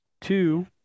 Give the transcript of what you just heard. Two